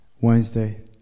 Wednesday